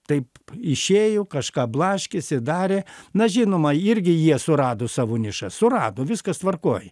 taip išėjo kažką blaškėsi darė na žinoma irgi jie surado savo nišą surado viskas tvarkoj